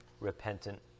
repentant